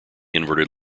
inverted